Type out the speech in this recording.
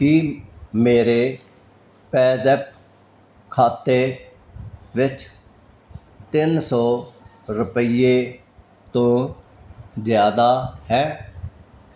ਕੀ ਮੇਰੇ ਪੈਜ਼ੈਪ ਖਾਤੇ ਵਿੱਚ ਤਿੰਨ ਸੌ ਰੁਪਈਏ ਤੋਂ ਜ਼ਿਆਦਾ ਹੈ